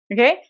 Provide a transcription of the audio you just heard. Okay